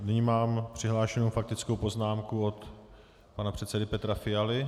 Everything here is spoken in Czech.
Nyní mám přihlášenou faktickou poznámku od pana předsedy Petra Fialy.